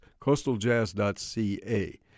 coastaljazz.ca